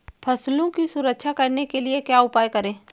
फसलों की सुरक्षा करने के लिए क्या उपाय करें?